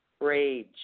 Rage